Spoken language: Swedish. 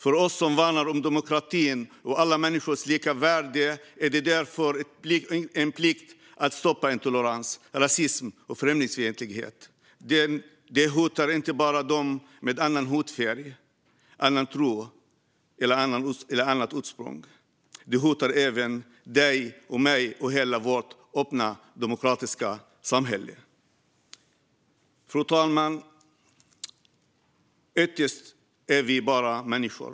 För oss som värnar om demokratin och alla människors lika värde är det därför en plikt att stoppa intolerans, rasism och främlingsfientlighet. Det hotar inte bara dem med en annan hudfärg, annan tro eller annat ursprung; det hotar även dig och mig och hela vårt öppna, demokratiska samhälle. Fru talman! Ytterst är vi bara människor.